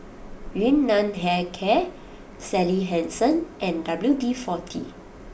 Yun Nam Hair Care Sally Hansen and W D forty